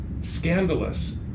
scandalous